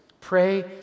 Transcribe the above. pray